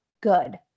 good